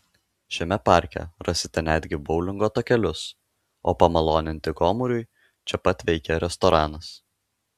šiame parke rasite netgi boulingo takelius o pamaloninti gomuriui čia pat veikia restoranas